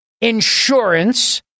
insurance